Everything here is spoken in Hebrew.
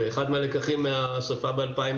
ואחד הלקחים מהשרפה ב-2016,